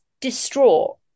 distraught